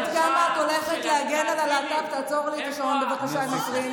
את, שלושה עשורים, טלי,